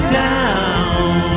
down